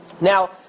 Now